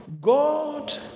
God